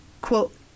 quote